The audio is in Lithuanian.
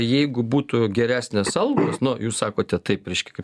jeigu būtų geresnės algos nu jūs sakote taip reiškia kaip